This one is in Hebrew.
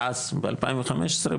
ב-2015,